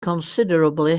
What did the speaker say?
considerably